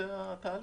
זה התהליך.